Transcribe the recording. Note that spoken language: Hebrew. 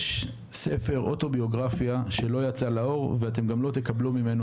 יש ספר אוטוביוגרפיה שלא יצא לאור - אתם לא תקבלו ממנו